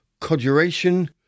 Coduration